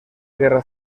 guerra